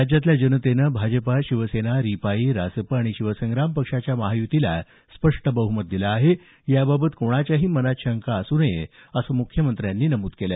राज्यातल्या जनतेने भाजप शिवसेना रिपाईं रासप आणि शिवसंग्राम पक्षाच्या महायुतीला स्पष्ट बहुमत दिलं आहे याबाबत कोणाच्याही मनात शंका असू नये असं मुख्यमंत्र्यांनी नमूद केलं